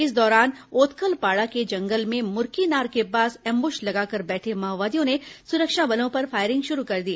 इस दौरान ओतकलपाड़ा के जंगल में मुरकीनार के पास एंबुस लगाकर बैठे माओवादियों ने सुरक्षा बलों पर फायरिंग शुरू कर दी